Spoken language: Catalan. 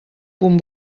punt